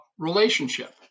Relationship